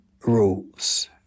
rules